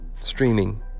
streaming